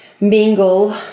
Mingle